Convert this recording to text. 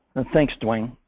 and thanks dwayne.